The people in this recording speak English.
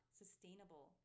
sustainable